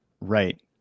Right